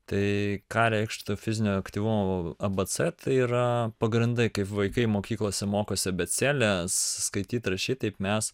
tai ką reikštų fizinio aktyvumo a b c tai yra pagrindai kaip vaikai mokyklose mokosi abėcėlės skaityt rašyt taip mes